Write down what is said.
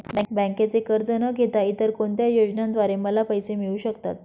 बँकेचे कर्ज न घेता इतर कोणत्या योजनांद्वारे मला पैसे मिळू शकतात?